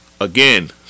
again